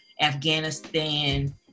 Afghanistan